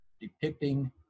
depicting